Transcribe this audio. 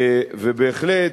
ובהחלט,